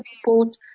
support